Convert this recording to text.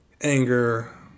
anger